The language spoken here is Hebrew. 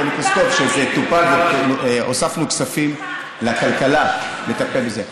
פלוסקוב שזה טופל והוספנו כספים לכלכלה לטפל בזה.